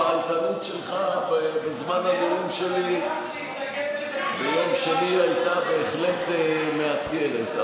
הפעלתנות שלך בזמן הנאום שלי ביום שני הייתה בהחלט מאתגרת.